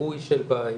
בזיהוי של בעיות,